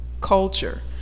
culture